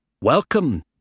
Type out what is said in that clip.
welcome